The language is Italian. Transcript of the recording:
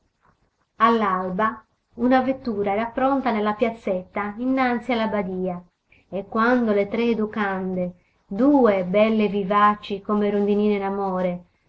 all'alba una vettura era pronta nella piazzetta innanzi alla badia e quando le tre educande due belle e vivaci come rondinine